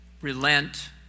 relent